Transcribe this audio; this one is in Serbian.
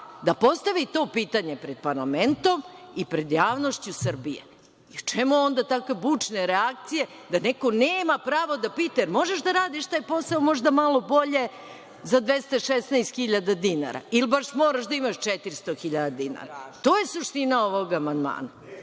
da postavi to pitanje pred parlamentom i pred javnošću Srbije. Čemu onda takve bučne reakcije, da neko nema pravo da pita – jer možeš da radiš taj posao možda malo bolje za 216 hiljada dinara? Ili baš moraš da imaš 400 hiljada dinara? To je suština ovog amandmana.